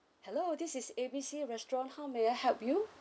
hello this is A B C restaurant how may I help you